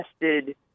invested